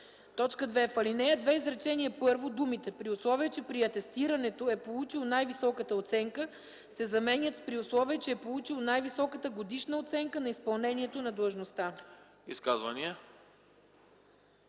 11.” 2. В ал. 2, изречение първо думите „при условие че при атестирането е получил най-високата оценка” се заменят с „при условие че е получил най-високата годишна оценка на изпълнението на длъжността”.”